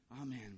Amen